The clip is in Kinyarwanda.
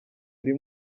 buri